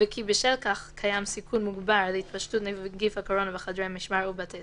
וכי בשל כך קיים סיכון מוגבר להתפשטות נגיף הקורונה בחדרי משמר ובתי